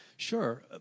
Sure